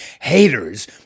Haters